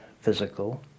physical